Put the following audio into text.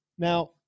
Now